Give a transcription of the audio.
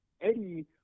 Eddie